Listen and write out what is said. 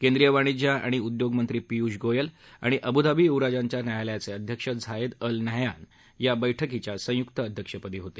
केंद्रीय वाणिज्य आणि उद्योगमंत्री पियुष गोयल आणि अबुधाबी युवरांजाच्या न्यायालयाचे अध्यक्ष झायेद एल नाह्यान यानी बैठकीचं संयुक्त अध्यक्षपद होते